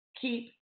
keep